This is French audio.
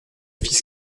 fils